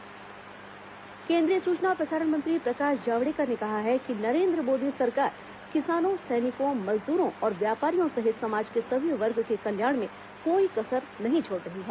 NDA सरकार पचास दिन केन्द्रीय सूचना और प्रसारण मंत्री प्रकाश जावड़ेकर ने कहा है कि नरेन्द्र मोदी सरकार किसानों सैनिकों मजदूरों और व्यापारियों सहित समाज के सभी वर्ग के कल्याण में कोई कसर नहीं छोड़ रही है